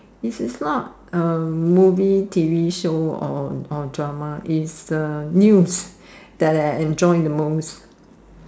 is is not a movie T_V show or or drama is the news that I enjoy the most